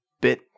bit